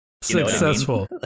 successful